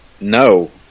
No